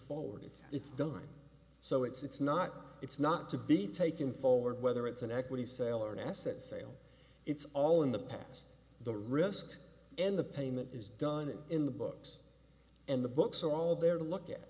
forward it's it's done so it's it's not it's not to be taken forward whether it's an equity sale or an asset sale it's all in the past the risk and the payment is done in the books and the books so all the